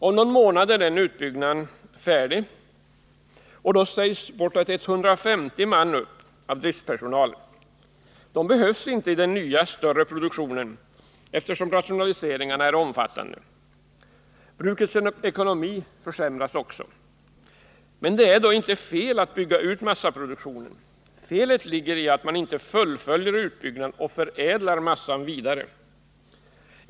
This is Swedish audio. Om någon månad är den utbyggnaden färdig, och bortåt 150 man av driftpersonalen sägs då upp. De behövs inte i den nya större produktionen, eftersom rationaliseringarna är omfattande. Brukets ekonomi försämras också. Men det är inte fel att bygga ut massaproduktionen. Felet ligger i att man inte fullföljer utbyggnaden och förädlar massan vidare.